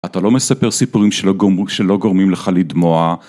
אתה לא מספר סיפורים שלא גורמים לך לדמוע